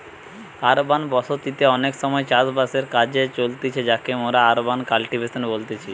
urban বসতি তে অনেক সময় চাষ বাসের কাজ চলতিছে যাকে মোরা আরবান কাল্টিভেশন বলতেছি